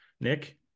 Nick